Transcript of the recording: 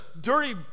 dirty